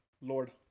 Lord